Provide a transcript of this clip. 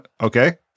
Okay